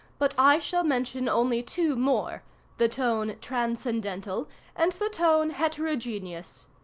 but i shall mention only two more the tone transcendental and the tone heterogeneous.